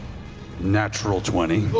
natural twenty.